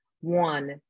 one